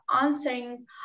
answering